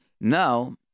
Now